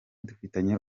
dufitanye